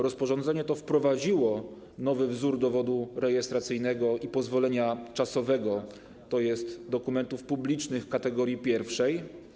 Rozporządzenie to wprowadziło nowy wzór dowodu rejestracyjnego i pozwolenia czasowego, to jest dokumentów publicznych kategorii pierwszej.